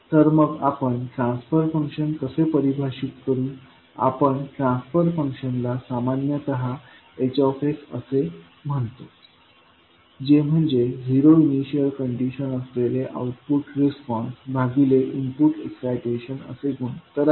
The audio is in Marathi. तर मग आपण ट्रान्सफर फंक्शन कसे परिभाषित करू आपण ट्रान्सफर फंक्शनला सामान्यत H असे म्हणतो जे म्हणजे झिरो इनिशियल कंडिशन असलेले आउटपुट रिस्पॉन्स भागिले इनपुट एक्साइटेशन असे गुणोत्तर आहे